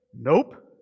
Nope